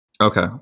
Okay